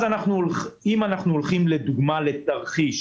אם אנחנו הולכים לתרחיש